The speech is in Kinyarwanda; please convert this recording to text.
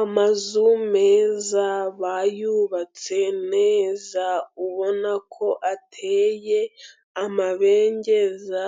Amazu meza, bayubatse neza ubona ko ateye amabengeza,